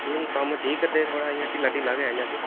नेईं कम्म ठीक करदे इ'यां थोह्ड़ा ढिल्ला ढिल्ला गै इ'यां ते